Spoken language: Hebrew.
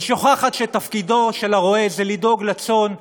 היא שוכחת שתפקידו של הרועה הוא לדאוג לצאן הפצוע,